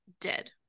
Dead